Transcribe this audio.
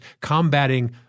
combating